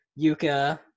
Yuka